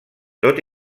tot